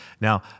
Now